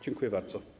Dziękuję bardzo.